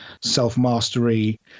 self-mastery